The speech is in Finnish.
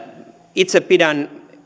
itse pidän